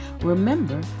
Remember